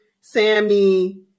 Sammy